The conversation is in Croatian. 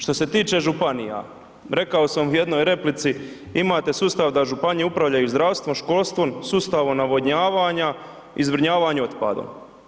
Što se tiče županija, rekao sam u jednoj replici imate sustav da županije upravljaju zdravstvom, školstvom, sustavom navodnjavanja i zbrinjavanje otpadom.